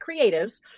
creatives